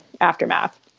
aftermath